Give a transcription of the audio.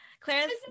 Clarence